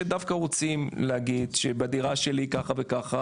שדווקא רוצים להגיד שבדירה שלי ככה וככה